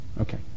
Okay